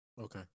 Okay